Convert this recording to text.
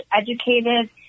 educated